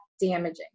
damaging